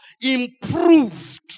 improved